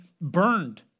burned